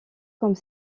comme